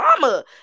mama